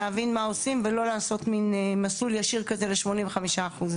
להבין מה עושים ולא לעשות מן מסלול ישיר כזה ל-85 אחוז